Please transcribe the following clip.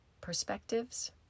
perspectives